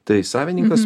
tai savininkas